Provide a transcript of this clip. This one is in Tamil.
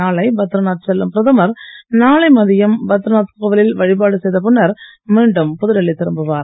நாளை பத்ரிநாத் செல்லும் பிரதமர் நாளை மதியம் பத்ரிநாத் கோவிலில் வழிபாடு செய்த பின்னர் மீண்டும் புதுடில்லி திரும்புவார்